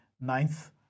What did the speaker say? ninth